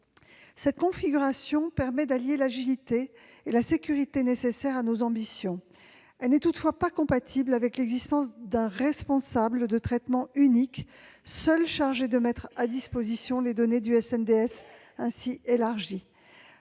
Cette configuration permet d'allier l'agilité et la sécurité nécessaires à nos ambitions. Elle n'est toutefois pas compatible avec l'existence d'un responsable de traitement unique, seul chargé de mettre à disposition les données du SNDS ainsi élargi.